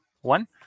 one